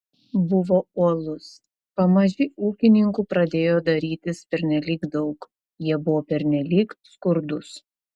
buvo uolus pamaži ūkininkų pradėjo darytis pernelyg daug jie buvo pernelyg skurdūs